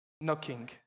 Knocking